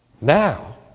Now